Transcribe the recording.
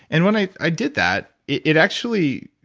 and when i i did that, it it actually,